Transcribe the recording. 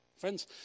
Friends